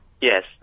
Yes